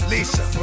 Lisa